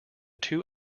two